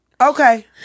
Okay